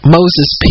Moses